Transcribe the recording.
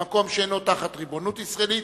במקום שאינו תחת ריבונות ישראלית,